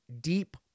deep